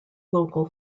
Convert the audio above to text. local